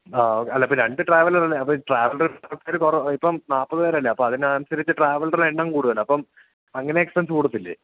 ആ അല്ല ഇപ്പോള് രണ്ട് ട്രാവലറല്ലേ അപ്പോള് ട്രാവലറിൽ ആൾക്കാര് കുറവ് ഇപ്പം നാല്പ്പത് പേരല്ലേ അപ്പോള് അതിനനുസരിച്ച് ട്രാവലറുടെ എണ്ണം കൂടുമല്ലോ അപ്പം അങ്ങനെ എക്സ്പെൻസ് കൂടില്ലേ